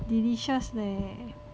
delicious leh